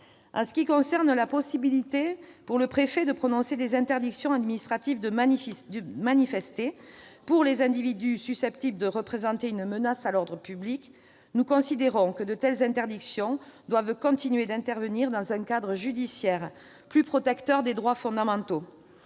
En ce qui concerne la possibilité pour le préfet de prononcer des interdictions administratives de manifester à l'encontre des individus susceptibles de représenter une menace pour l'ordre public, nous considérons que de telles interdictions doivent continuer d'intervenir dans un cadre judiciaire, plus protecteur des droits fondamentaux.